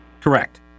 Correct